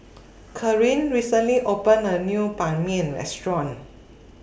Caryn recently opened A New Ban Mian Restaurant